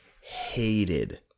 hated